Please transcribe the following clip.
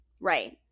right